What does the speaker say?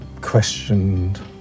questioned